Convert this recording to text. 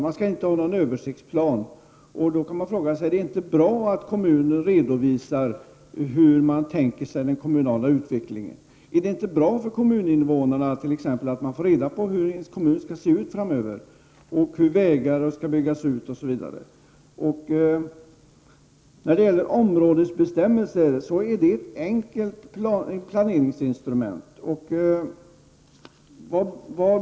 De vill inte ha några översiktsplaner. Då kan man fråga om det inte är bra att kommunen redovisar hur den tänker sig den kommunala utvecklingen. Är det inte bra för kommuninnevånarna att få reda på hur kommunen skall se ut framöver, hur vägar skall byggas ut, osv? Områdesbestämmelser utgör ett enkelt planeringsinstrument.